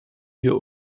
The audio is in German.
wir